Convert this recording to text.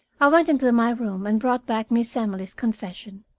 i went into my room, and brought back miss emily's confession.